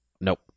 Nope